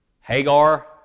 Hagar